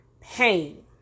pain